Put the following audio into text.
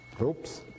Oops